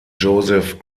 joseph